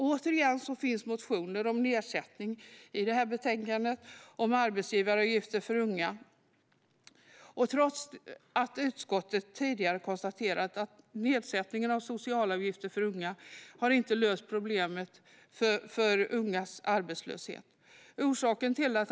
Återigen finns det i betänkandet motioner om nedsättning av arbetsgivaravgifter för unga, trots att utskottet tidigare har konstaterat att nedsättning av socialavgifter för unga inte har löst problemet med ungas arbetslöshet.